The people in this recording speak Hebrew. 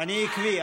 אני עקבי.